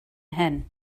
hyn